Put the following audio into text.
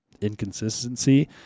inconsistency